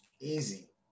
Easy